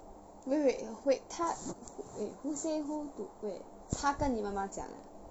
wai~ wait wait wait 她 wait who say who to wait 她跟你妈妈讲 ah